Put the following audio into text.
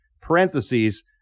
Parentheses